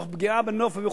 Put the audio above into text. תוך פגיעה בנוף,